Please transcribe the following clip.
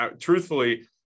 truthfully